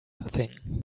thing